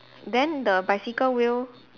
then the bicycle wheel